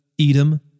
Edom